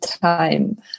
time